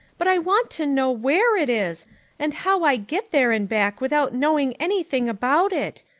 but i want to know where it is and how i get there and back without knowing anything about it.